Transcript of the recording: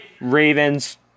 Ravens